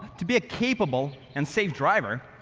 to be a capable and safe driver,